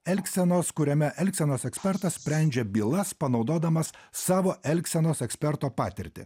elgsenos kuriame elgsenos ekspertas sprendžia bylas panaudodamas savo elgsenos eksperto patirtį